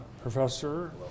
professor